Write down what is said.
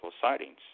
sightings